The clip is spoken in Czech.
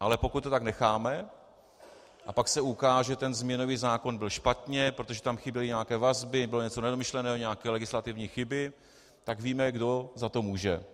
Ale pokud to tak necháme a pak se ukáže, že ten změnový zákon byl špatně, protože tam chyběly nějaké vazby, bylo něco nedomyšleného, nějaké legislativní chyby, tak víme, kdo za to může.